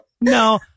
No